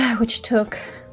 which took,